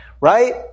Right